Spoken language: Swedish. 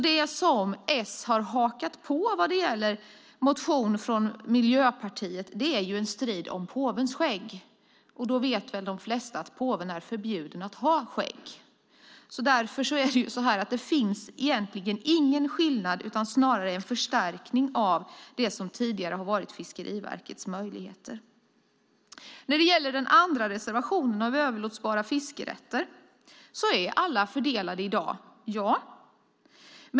Det som S har hakat på vad gäller reservationen från Miljöpartiet är en strid om påvens skägg - och de flesta vet väl att påven är förbjuden att ha skägg. Det finns ingen skillnad, utan det handlar snarare om en förstärkning av det som tidigare varit Fiskeriverkets möjligheter. När det gäller den andra reservationen om överlåtbara fiskerätter stämmer det att alla är fördelade i dag.